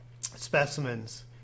specimens